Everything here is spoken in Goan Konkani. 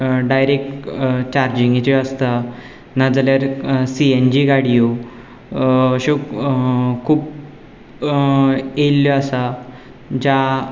डायरेक्ट चार्जिंगेची आसता नाजाल्यार सी एन जी गाडयो ह्यो अश्यो खूब येयल्ल्यो आसा ज्या